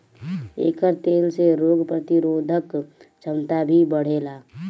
एकर तेल से रोग प्रतिरोधक क्षमता भी बढ़ेला